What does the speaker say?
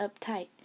uptight